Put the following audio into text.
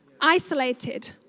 isolated